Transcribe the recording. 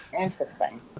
Interesting